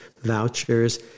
vouchers